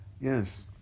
Yes